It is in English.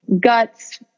guts